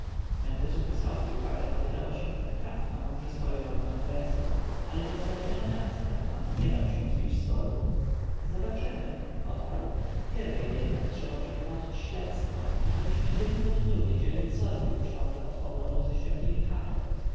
mentezufisowi uwaga ta wydała się tak trafną że spojrzał na mefresa ale rozdrażniony arcykapłan nie dał się zbić z toru zobaczymy odparł pierwej jednak trzeba przeprowadzić śledztwo ażebyśmy dzień po dniu wiedzieli co robił książę od powrotu ze świątyni